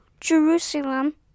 Jerusalem